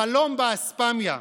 חלום באספמיה.